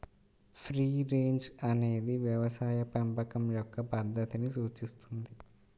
free range అనేది వ్యవసాయ పెంపకం యొక్క పద్ధతిని సూచిస్తుంది